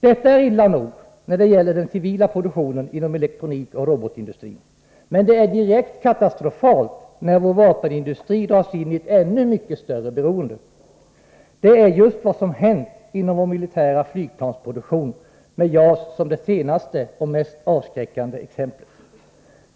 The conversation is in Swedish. Detta är illa nog när det gäller den civila produktionen inom elektronikoch robotindustrin. Men det är direkt katastrofalt när vår vapenindustri dras in i ett ännu mycket större beroende. Det är just vad som hänt inom vår militära flygplansproduktion, med JAS som det senaste och mest avskräckande exemplet.